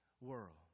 world